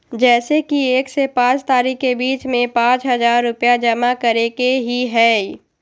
जैसे कि एक से पाँच तारीक के बीज में पाँच हजार रुपया जमा करेके ही हैई?